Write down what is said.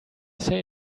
say